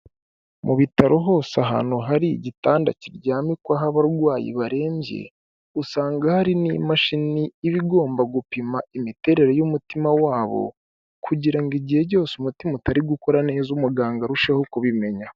Mu bitaro hose ahantu hari igitanda kiryamikwaho abarwayi barembye usanga hari n'imashini iba igomba gupima imiterere y'umutima wabo kugira ngo igihe cyose umutima utari gukora neza umuganga arusheho kubimenya.